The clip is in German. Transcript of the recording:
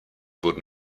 wurden